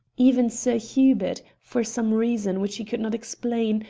even sir hubert, for some reason which he could not explain,